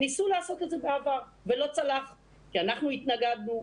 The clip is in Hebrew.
ניסו לעשות את זה בעבר ולא צלח, כי אנחנו התנגדנו.